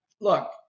look